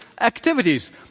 activities